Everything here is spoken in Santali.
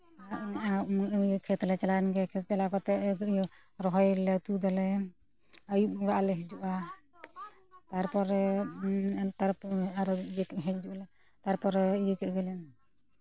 ᱟᱨᱚ ᱤᱭᱟᱹ ᱠᱷᱮᱛᱞᱮ ᱪᱟᱞᱟᱣᱮᱱᱜᱮ ᱠᱷᱮᱛ ᱪᱟᱞᱟᱣ ᱠᱟᱛᱮ ᱨᱚᱦᱚᱭ ᱟᱞᱮ ᱛᱩᱫᱽ ᱟᱞᱮ ᱟᱹᱭᱩᱵ ᱚᱲᱟᱜ ᱮ ᱦᱤᱡᱩᱜᱼᱟ ᱛᱟᱨᱯᱚᱨᱮ ᱛᱟᱨᱯᱚᱨᱮ ᱟᱨᱚ ᱦᱤᱡᱩᱜ ᱟᱞᱮ ᱛᱟᱨᱯᱚᱨᱮ ᱤᱭᱟᱹ ᱠᱮᱜ ᱜᱮᱞᱮ